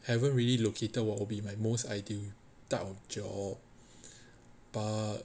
haven't really located what be my most ideal type of job but